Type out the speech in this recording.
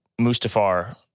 Mustafar